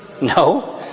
no